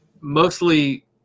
Mostly –